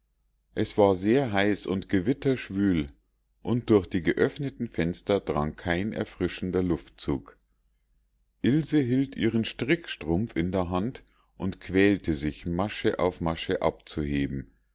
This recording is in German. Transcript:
es war sehr heiß und gewitterschwül und durch die geöffneten fenster drang kein erfrischender luftzug ilse hielt ihren strickstrumpf in der hand und quälte sich masche auf masche abzuheben